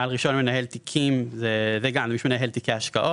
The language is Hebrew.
בעל רישיון מנהל תיקים, זה מי שמנהל תיקי השקעות.